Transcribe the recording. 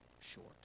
short